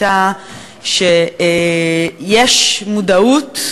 הייתה שיש מודעות,